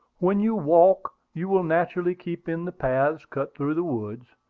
when you walk, you will naturally keep in the paths cut through the woods.